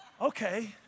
Okay